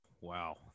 wow